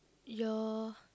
your